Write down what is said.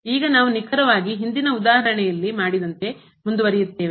ಈಗ ನಾವು ನಿಖರವಾಗಿ ಹಿಂದಿನ ಉದಾಹರಣೆಯಲ್ಲಿ ಮಾಡಿದಂತೆ ಮುಂದುವರಿಯುತ್ತೇವೆ